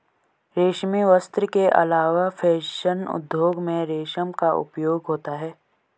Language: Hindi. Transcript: रेशमी वस्त्र के अलावा फैशन उद्योग में रेशम का उपयोग होता है